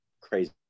crazy